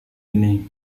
ini